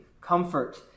comfort